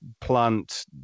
plant